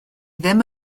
ddim